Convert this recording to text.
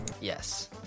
yes